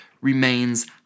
remains